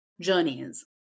journeys